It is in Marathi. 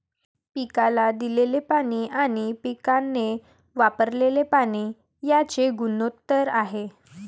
पिकाला दिलेले पाणी आणि पिकाने वापरलेले पाणी यांचे गुणोत्तर आहे